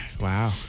Wow